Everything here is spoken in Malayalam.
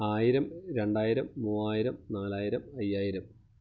ആയിരം രണ്ടായിരം മൂവായിരം നാലായിരം അയ്യായിരം